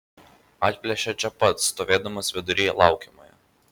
atplėšia čia pat stovėdamas vidury laukiamojo